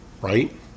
Right